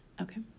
Okay